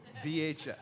VHS